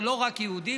זה לא רק יהודים,